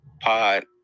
pod